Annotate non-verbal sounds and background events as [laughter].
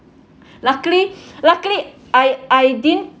luckily [breath] luckily I I didn't